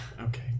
Okay